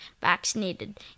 vaccinated